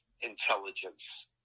intelligence